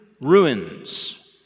ruins